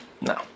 No